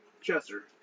Chester